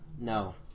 No